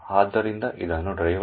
ಆದ್ದರಿಂದ ಇದನ್ನು ಡ್ರೈವರ್